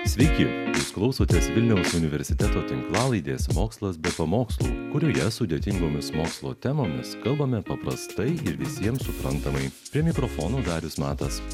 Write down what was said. sveiki jūs klausotės vilniaus universiteto tinklalaidės mokslas be pamokslų kurioje sudėtingomis mokslo temomis kalbame paprastai ir visiems suprantamai prie mikrofono darius matas